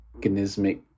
organismic